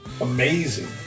amazing